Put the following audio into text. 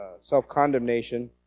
self-condemnation